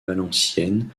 valenciennes